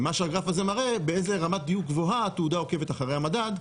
ומה שהגרף הזה מראה זה באיזו רמת דיוק גבוהה התעודה עוקבת אחרת המדד,